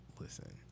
Listen